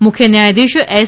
મુખ્ય ન્યાયાધીશ એસ